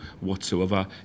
whatsoever